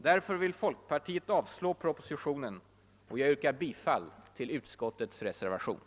Därför vill folkpartiet avslå propositionen, och jag yrkar bifall till reservationen.